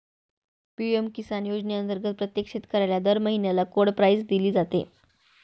PM Kisan योजनेअंतर्गत प्रत्येक शेतकऱ्याला दर महिन्याला कोड प्राईज दिली जाते